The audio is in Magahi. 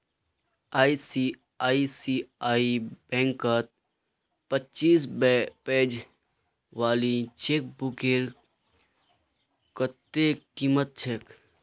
आई.सी.आई.सी.आई बैंकत पच्चीस पेज वाली चेकबुकेर कत्ते कीमत छेक